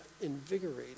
invigorated